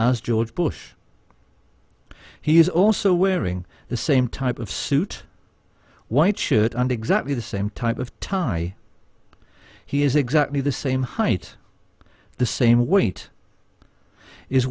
as george bush he is also wearing the same type of suit white shirt and exactly the same type of time i he is exactly the same height the same weight is